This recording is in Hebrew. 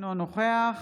אינו נוכח